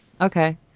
Okay